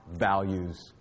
values